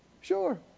Sure